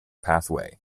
pathway